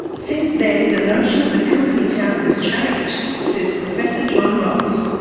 since then the notion of the company town has changed, says professor john rolfe.